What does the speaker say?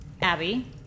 Abby